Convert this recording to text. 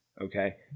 okay